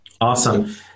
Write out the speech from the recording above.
Awesome